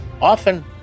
often